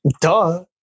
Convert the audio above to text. Duh